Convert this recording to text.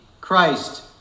Christ